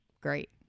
great